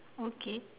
okay